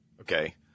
okay